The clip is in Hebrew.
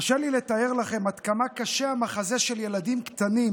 קשה לי לתאר לכם עד כמה קשה המחזה של ילדים קטנים